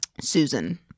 Susan